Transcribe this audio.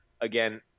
again –